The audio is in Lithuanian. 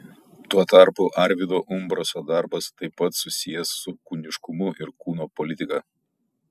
tuo tarpu arvydo umbraso darbas taip pat susijęs su kūniškumu ir kūno politika